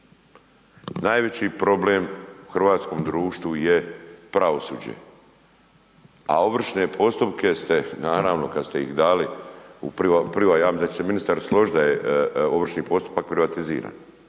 Najveći problem u hrvatskom društvu je pravosuđe, a ovršne postupke kada ste dali, mislim da će se ministar složiti da je ovršni postupak privatiziran.